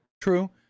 True